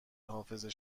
حافظه